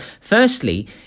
firstly